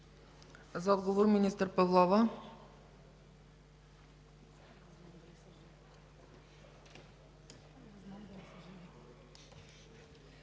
За отговор – министър Павлова.